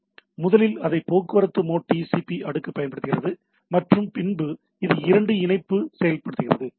எனவே முதலில் அதை போக்குவரத்து மோட் டிசிபி அடுக்கு பயன்படுத்துகிறது மற்றும் பின்பு இது இரண்டு இணைப்பு செயல்படுத்துகிறது